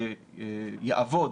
שיעבוד